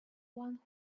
one